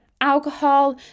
alcohol